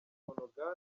umukinnyi